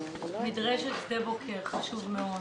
מדרשת שדה בוקר - חשוב מאוד.